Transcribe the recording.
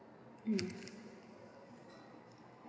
mm